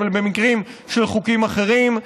אבל במקרים של חוקים אחרים,